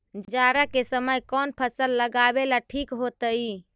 जाड़ा के समय कौन फसल लगावेला ठिक होतइ?